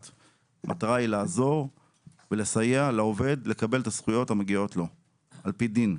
והיא לעזור ולסייע לעובד לקבל את הזכויות המגיעות לו על פי דין.